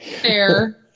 Fair